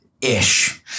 ish